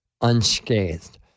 unscathed